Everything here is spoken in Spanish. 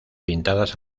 pintadas